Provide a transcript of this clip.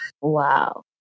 wow